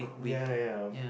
ya ya hmm